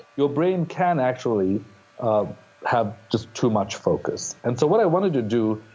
your brain can actually have just too much focus. and so what i wanted to do,